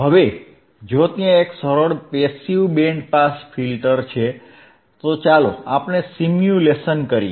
હવે જો ત્યાં એક સરળ પેસીવ બેન્ડ પાસ ફિલ્ટર છે તો ચાલો આપણે સિમ્યુલેશન કરીએ